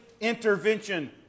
intervention